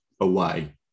away